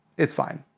it's fine.